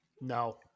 No